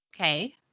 Okay